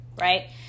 right